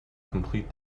complete